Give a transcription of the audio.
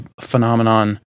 phenomenon